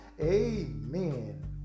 Amen